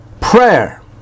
Prayer